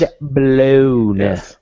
blown